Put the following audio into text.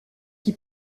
qui